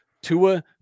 Tua